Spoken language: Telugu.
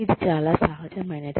ఇది చాలా సహజమైనది